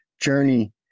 journey